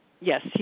Yes